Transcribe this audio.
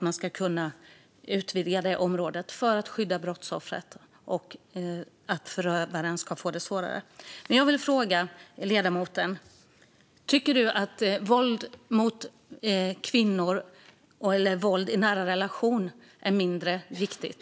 Man ska kunna utvidga området för att skydda brottsoffret och göra det svårare för förövaren. Jag vill fråga ledamoten: Tycker du att våld mot kvinnor eller våld i nära relationer är mindre viktigt?